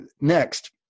Next